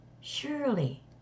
Surely